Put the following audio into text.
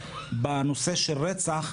בנושא של רצח,